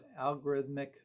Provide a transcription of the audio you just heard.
algorithmic